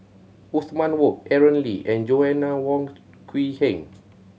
Othman Wok Aaron Lee and Joanna Wong Quee Heng